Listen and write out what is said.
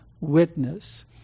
witness